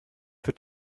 für